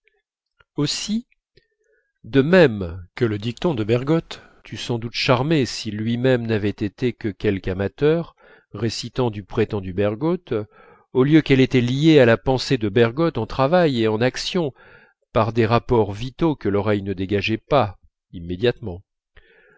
aussi de même que la diction de bergotte eût sans doute charmé si lui-même n'avait été que quelque amateur récitant du prétendu bergotte au lieu qu'elle était liée à la pensée de bergotte en travail et en action par des rapports vitaux que l'oreille ne dégageait pas immédiatement